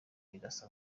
irasa